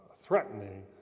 threatening